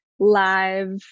live